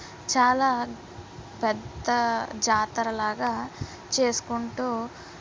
చాలా పెద్ద జాతరలాగా చేసుకుంటూ